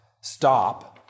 stop